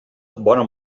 bona